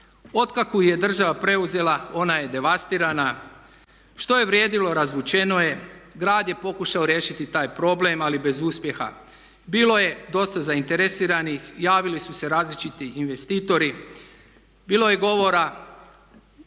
Otkako ju je država preuzela ona je devastirana. Što je vrijedilo razvučeno je. Grad je pokušao riješiti taj problem ali bez uspjeha. Bilo je dosta zainteresiranih, javili su se različiti investitori, bilo je govora